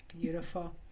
Beautiful